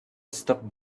stop